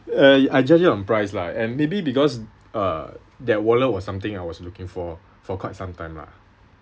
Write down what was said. uh I judge it on price lah and maybe because uh that wallet was something I was looking for for quite some time lah